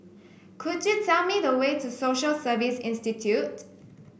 could you tell me the way to Social Service Institute